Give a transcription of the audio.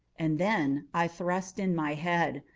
and then i thrust in my head.